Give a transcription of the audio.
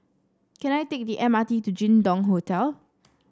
can I take the M R T to Jin Dong Hotel